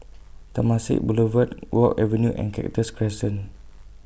Temasek Boulevard Guok Avenue and Cactus Crescent